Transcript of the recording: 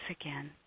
again